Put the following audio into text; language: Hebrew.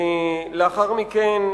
ולאחר מכן,